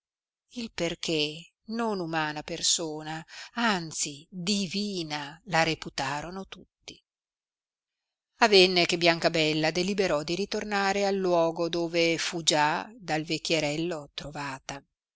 il perchè non umana persona anzi divina la reputorono tutti a venne che biancabella deliberò di ritornare al luogo dove fu già dal vecchiarello trovata